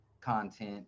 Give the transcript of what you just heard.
content